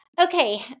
Okay